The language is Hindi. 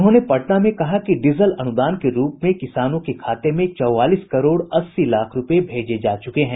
उन्होंने पटना में कहा कि डीजल अनुदान के रूप में किसानों के खाते में चौवालीस करोड़ अस्सी लाख रूपये भेजे जा चुके हैं